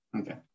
Okay